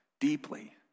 deeply